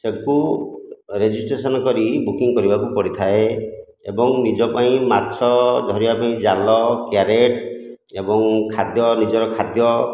ସେକୁ registration କରି booking କରିବାକୁ ପଡ଼ିଥାଏ ଏବଂ ନିଜ ପାଇଁ ମାଛ ଧରିବା ପାଇଁ ଜାଲ କ୍ୟାରେଟ ଏବଂ ଖାଦ୍ୟ ନିଜର ଖାଦ୍ୟ